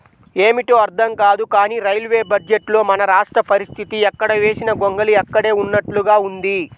ఏమిటో అర్థం కాదు కానీ రైల్వే బడ్జెట్లో మన రాష్ట్ర పరిస్తితి ఎక్కడ వేసిన గొంగళి అక్కడే ఉన్నట్లుగా ఉంది